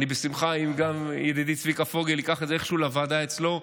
אם ידידי צביקה פוגל ייקח את זה איכשהו לוועדה אצלו,